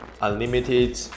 Unlimited